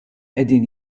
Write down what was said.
qegħdin